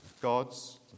gods